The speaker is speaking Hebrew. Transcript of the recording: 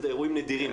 זה אירועים נדירים,